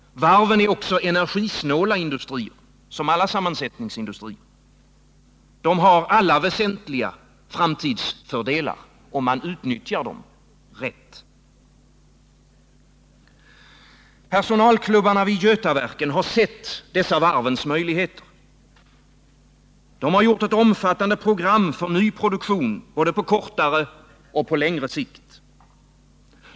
Varven är också energisnåla industrier, som alla sammansättningsindustrier. De har alla väsentliga framtidsfördelar, om man utnyttjar dem rätt. Personalklubbarna vid Götaverken har sett dessa varvens möjligheter. De har gjort upp ett omfattande program för ny produktion, både på kortare och på längre sikt.